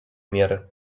меры